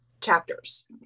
chapters